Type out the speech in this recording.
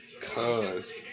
cause